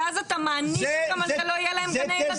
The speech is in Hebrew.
ואז אתה מעניש אותם שלא יהיה להם גני ילדים יותר?